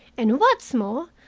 and what's more,